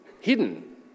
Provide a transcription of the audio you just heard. hidden